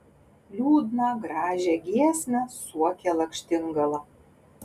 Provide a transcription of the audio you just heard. liūdną gražią giesmę suokė lakštingala